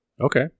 Okay